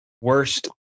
Worst